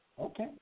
Okay